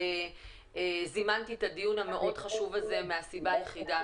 אני זימנתי את הדיון המאוד חשוב הזה מהסיבה היחידה,